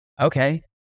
okay